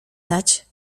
dać